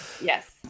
yes